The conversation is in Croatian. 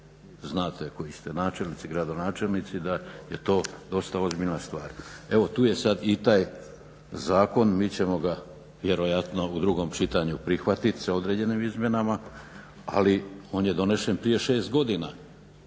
znate koji su načelnici, gradonačelnici da je to dosta ozbiljna stvar. Evo tu je sad i taj zakon, mi ćemo ga vjerojatno u drugom čitanju prihvatiti sa određenim izmjenama ali on je donesen prije 6 godina